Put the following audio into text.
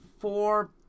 four